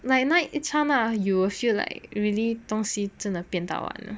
like night 一刹那 you will feel like really 东西真的变到完